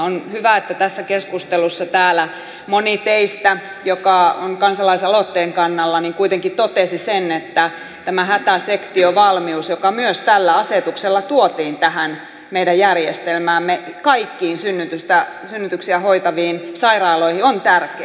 on hyvä että tässä keskustelussa täällä moni teistä joka on kansalaisaloitteen kannalla kuitenkin totesi sen että tämä hätäsektiovalmius joka myös tällä asetuksella tuotiin tähän meidän järjestelmäämme kaikkiin synnytyksiä hoitaviin sairaaloihin on tärkeä